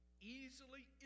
easily